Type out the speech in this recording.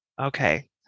Okay